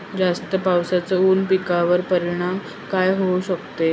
जास्त पावसाचा ऊस पिकावर काय परिणाम होऊ शकतो?